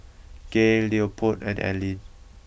Gaye Leopold and Aleen